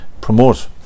promote